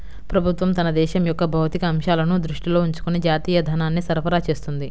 ప్రభుత్వం తన దేశం యొక్క భౌతిక అంశాలను దృష్టిలో ఉంచుకొని జాతీయ ధనాన్ని సరఫరా చేస్తుంది